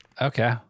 Okay